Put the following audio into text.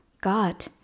God